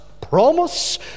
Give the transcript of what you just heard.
promise